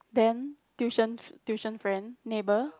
then tuition tuition friend neighbour